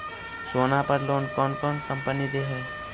सोना पर लोन कौन कौन कंपनी दे है?